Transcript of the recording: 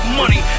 money